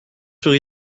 sur